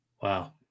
wow